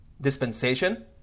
dispensation